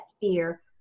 fear